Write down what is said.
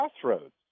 crossroads